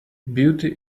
beauty